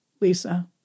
Lisa